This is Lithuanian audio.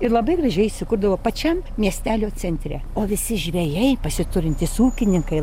ir labai gražiai įsikurdavo pačiam miestelio centre o visi žvejai pasiturintys ūkininkai